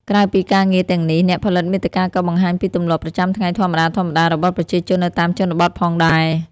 ក្រៅពីការងារទាំងនេះ អ្នកផលិតមាតិកាក៏បង្ហាញពីទម្លាប់ប្រចាំថ្ងៃធម្មតាៗ របស់ប្រជាជននៅតាមជនបទផងដែរ។